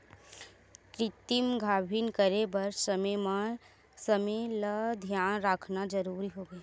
कृतिम गाभिन करे बर समे ल धियान राखना जरूरी होथे